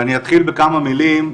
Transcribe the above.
ואני אתחיל בכמה מלים,